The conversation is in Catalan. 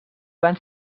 van